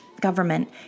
government